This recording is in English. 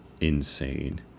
insane